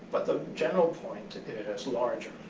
but the general point is larger.